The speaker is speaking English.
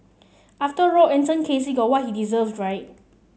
after all Anton Casey got what he deserved right